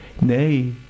Nay